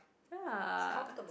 ya